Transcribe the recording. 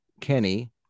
Kenny